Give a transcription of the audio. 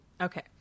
Okay